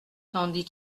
tandis